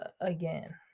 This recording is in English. again